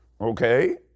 okay